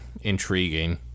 intriguing